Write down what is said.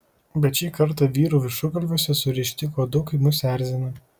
bet šį kartą vyrų viršugalviuose surišti kuodukai mus erzina